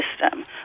system